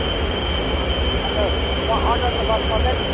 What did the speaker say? अनि त वहाँ अर्डर त गर्नु पर्दैन